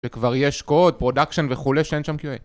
וכבר יש קוד, פרודקשן וכולי, שאין שם QA.